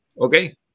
Okay